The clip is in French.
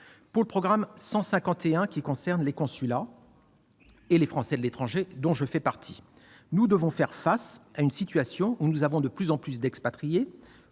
du programme 151, qui concerne les consulats et les Français de l'étranger- dont je fais partie -, nous devons faire face à une situation où nous avons de plus en plus d'expatriés